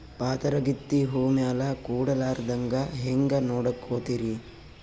ಪಾತರಗಿತ್ತಿ ಹೂ ಮ್ಯಾಲ ಕೂಡಲಾರ್ದಂಗ ಹೇಂಗ ನೋಡಕೋತಿರಿ?